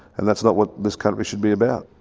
and that's not what this country should be about.